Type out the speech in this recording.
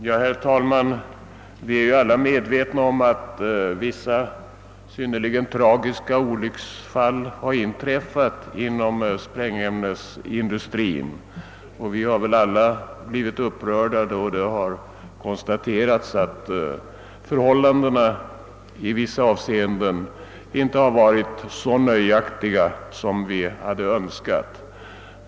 Herr talman! Vi är ju alla medvetna om att vissa synnerligen tragiska olycksfall har inträffat inom sprängämnesindustrin, och vi har väl alla blivit upprörda, då det har konstaterats att förhållandena i vissa avseenden inte har varit så nöjaktiga som vi hade önskat.